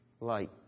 light